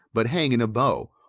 but hang in a bow,